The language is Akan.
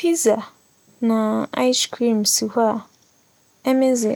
Pizza na iͻe ͻream si hͻ a, emi dze